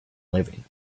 living